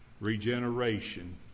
Regeneration